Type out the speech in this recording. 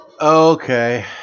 Okay